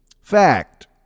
Fact